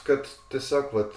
kad tiesiog vat